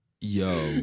Yo